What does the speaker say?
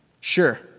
Sure